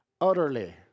utterly